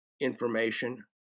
information